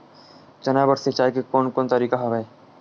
चना बर सिंचाई के कोन कोन तरीका हवय?